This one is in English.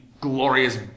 glorious